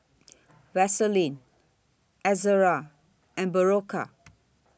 Vaselin Ezerra and Berocca